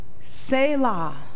Selah